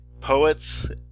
poets